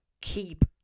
keep